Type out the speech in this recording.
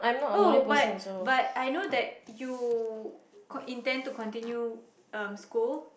oh but but I know that you intend to continue um school